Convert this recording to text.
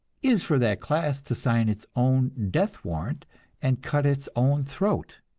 is for that class to sign its own death warrant and cut its own throat.